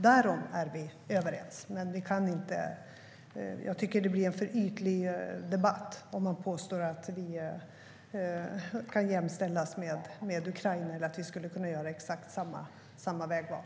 Därom är vi överens, men jag tycker att det blir en för ytlig debatt om man påstår att vi kan jämställas med Ukraina eller att vi skulle kunna göra exakt samma vägval.